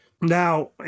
now